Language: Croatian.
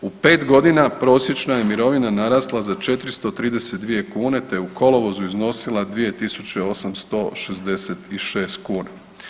U 5 godina prosječna je mirovina narasla za 432 kune te je u kolovozu iznosila 2.866 kuna.